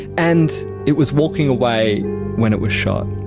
and it was walking away when it was shot.